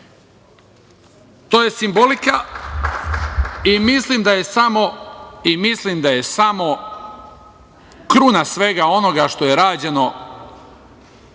To je simbolika i mislim da je samo kruna svega onoga što je rađeno